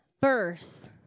verse